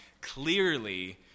clearly